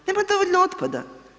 Nema dovoljno otpada.